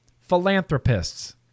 philanthropists